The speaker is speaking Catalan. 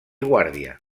guàrdia